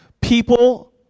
people